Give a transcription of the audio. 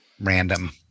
random